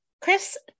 Chris